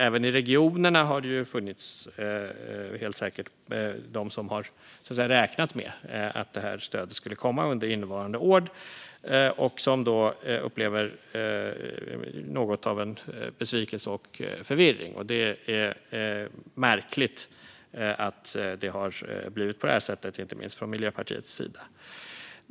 Även i regionerna har det helt säkert funnits de som har räknat med att det här stödet skulle komma under innevarande år och som nu upplever något av en besvikelse och förvirring. Det är märkligt att det har blivit på det här sättet, inte minst från Miljöpartiets sida.